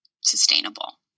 sustainable